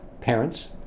parents